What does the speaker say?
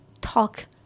talk